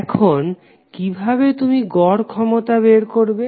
এখন কিভাবে তুমি গড় ক্ষমতা বের করবে